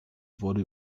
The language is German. wurde